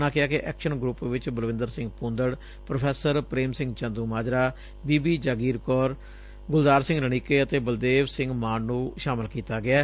ਉਨ੍ਹਾਂ ਕਿਹਾ ਕਿ ਐਕਸ਼ਨ ਗਰੁੱਪ ਵਿਚ ਬਲਵਿੰਦਰ ਸਿੰਘ ਭੂੰਦੜ ਪ੍ਰੋ ਪ੍ਰੇਮ ਸਿੰਘ ਚੰਦੂਮਾਜਰਾ ਬੀਬੀ ਜਗੀਰ ਕੌਰ ਗੁਲਜ਼ਾਰ ਸਿੰਘ ਰਣੀਕੇ ਅਤੇ ਬਲਦੇਵ ਸਿੰਘ ਮਾਨ ਨੂੰ ਸ਼ਾਮਿਲ ਕੀਤਾ ਗਿਐ